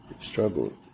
Struggle